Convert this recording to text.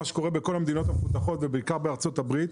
מה שקורה בכל המדינות המפותחות ובעיקר בארצות הברית,